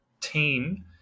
team